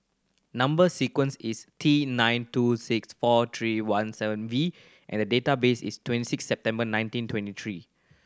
number sequence is T nine two six four three one seven V and date of birth is twenty six September nineteen twenty three